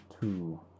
two